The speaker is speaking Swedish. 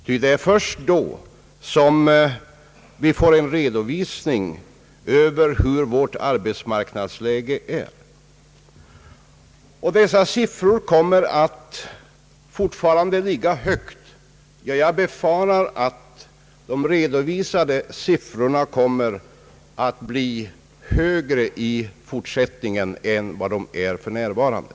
Ty det är först då som vi får en redovisning över hur vårt arbetsmarknadsläge är. Arbetslöshetssiffrorna kommer fortfarande att ligga högt. Ja, jag befarar att de redovisade siffrorna i fortsättningen kommer att bli högre än för närvarande.